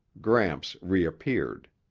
gramps reappeared.